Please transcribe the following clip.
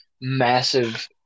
massive